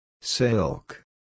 Silk